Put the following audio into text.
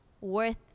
worth